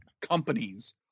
companies